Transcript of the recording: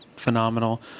Phenomenal